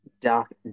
Dark